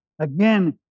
Again